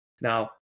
Now